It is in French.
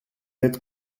êtes